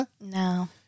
No